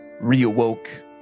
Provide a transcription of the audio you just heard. reawoke